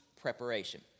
preparation